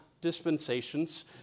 dispensations